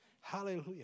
Hallelujah